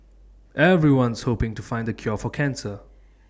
everyone's hoping to find the cure for cancer